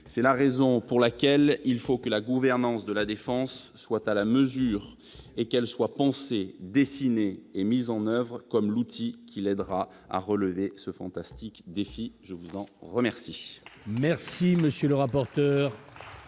C'est la raison pour laquelle il faut que la gouvernance de La Défense soit à la mesure de l'enjeu et qu'elle soit pensée, dessinée et mise en oeuvre comme l'outil qui l'aidera à relever ce fantastique défi. La parole est à M.